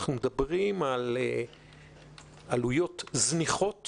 אנחנו מדברים על עלויות זניחות